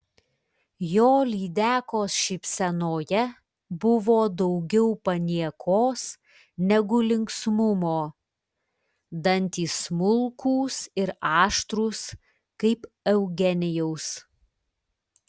jo lydekos šypsenoje buvo daugiau paniekos negu linksmumo dantys smulkūs ir aštrūs kaip eugenijaus